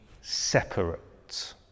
separate